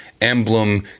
emblem